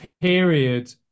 period